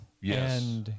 Yes